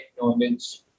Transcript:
knowledge